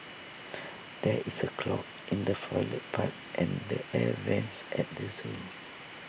there is A clog in the Toilet Pipe and the air Vents at the Zoo